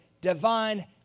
divine